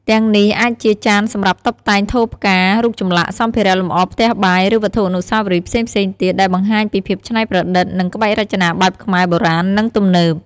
ទាំងនេះអាចជាចានសម្រាប់តុបតែង ថូផ្កា រូបចម្លាក់ សម្ភារៈលម្អផ្ទះបាយ ឬវត្ថុអនុស្សាវរីយ៍ផ្សេងៗទៀត ដែលបង្ហាញពីភាពច្នៃប្រឌិត និងក្បាច់រចនាបែបខ្មែរ បុរាណ និងទំនើប។